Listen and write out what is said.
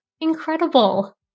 incredible